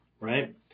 right